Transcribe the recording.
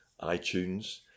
iTunes